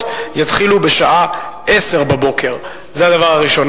יתחילו בשעה 10:00. זה הדבר הראשון.